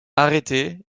arrêté